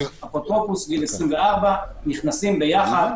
אפוטרופוס גיל 24. נכנסים ביחד,